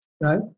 right